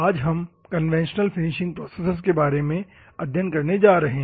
आज हम conventional finishing processes के बारे में अध्ययन करने जा रहे हैं